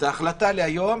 ההחלטה להיום,